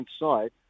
inside